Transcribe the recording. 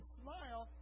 smile